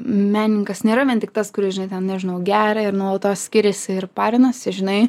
menininkas nėra vien tik tas kuris žinai ten nežinau geria ir nuolatos skiriasi ir parinasi žinai